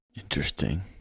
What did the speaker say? Interesting